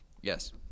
Yes